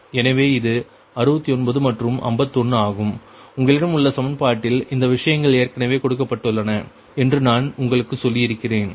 எனவே இது 69 மற்றும் 51 ஆகும் உங்களிடம் உள்ள சமன்பாட்டில் அந்த விஷயங்கள் ஏற்கெனவே கொடுக்கப்பட்டுள்ளன என்று நான் உங்களுக்குச் சொல்லியிருக்கிறேன்